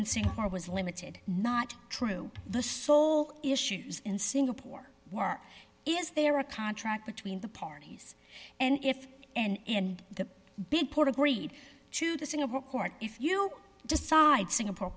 singapore was limited not true the sole issues in singapore were is there a contract between the parties and if and the big port agreed to the singapore court if you decide singapore